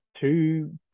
two